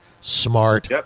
Smart